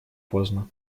поздно